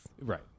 Right